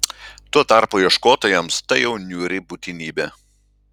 tuo tarpu ieškotojams tai jau niūri būtinybė